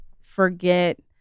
forget